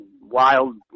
wild